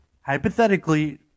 hypothetically